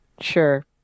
sure